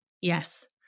Yes